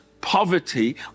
poverty